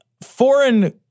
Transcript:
foreign